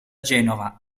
genova